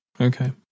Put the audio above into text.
Okay